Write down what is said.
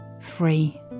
free